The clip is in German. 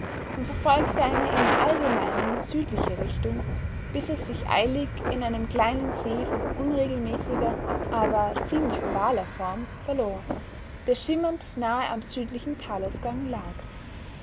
und verfolgte eine im allgemeinen südliche richtung bis es sich eilig in einem kleinen see von unregelmäßiger aber ziemlich ovaler form verlor der schimmernd nahe am südlichen talausgang lag